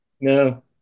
No